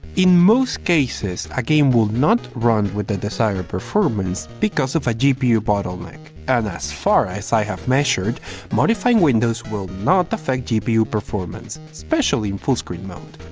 in most cases a game will not run with the desired performance because of a gpu bottleneck, and as far as i have measured modifying windows will not affect gpu performance, especially in fullscreen mode.